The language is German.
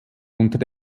unter